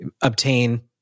obtain